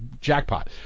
jackpot